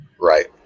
Right